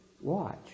watch